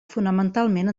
fonamentalment